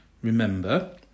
Remember